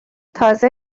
تازه